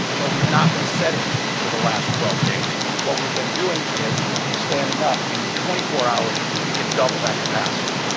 but we've not been setting for the last twelve days. what we've been doing is standing up and in twenty four hours, we can double that capacity.